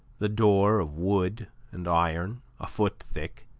the door of wood and iron, a foot thick,